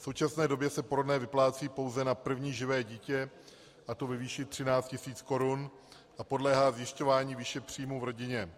V současné době se porodné vyplácí pouze na první živé dítě, a to ve výši 13 tisíc korun, a podléhá zjišťování výše příjmů v rodině.